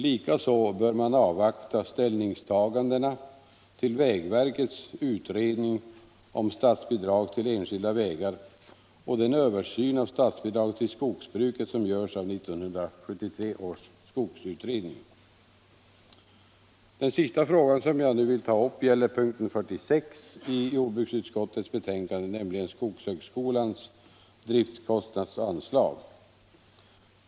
Likaså bör man avvakta ställningstagandena till vägverkets utredning om statsbidrag till enskilda vägar och den översyn av statsbidrag till skogsbruket som görs av 1973 års skogsutredning. Den sista fråga som jag nu vill ta upp gäller punkten 46 i jordbruksutskottets betänkande, nämligen skogshögskolans driftkostnadsanslag.